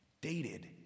dated